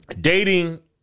dating